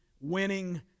winning